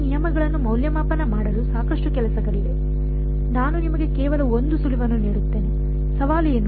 ಈ ನಿಯಮಗಳನ್ನು ಮೌಲ್ಯಮಾಪನ ಮಾಡಲು ಸಾಕಷ್ಟು ಕೆಲಸಗಳಿವೆ ನಾನು ನಿಮಗೆ ಕೇವಲ 1 ಸುಳಿವನ್ನು ನೀಡುತ್ತೇನೆ ಸವಾಲು ಏನು